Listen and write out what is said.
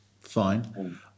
Fine